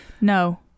No